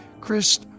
Chris